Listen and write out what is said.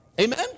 Amen